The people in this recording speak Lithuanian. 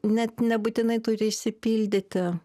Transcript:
net nebūtinai turi išsipildyti